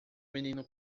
menino